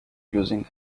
using